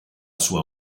sua